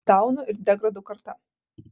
daunų ir degradų karta